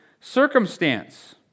circumstance